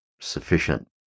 sufficient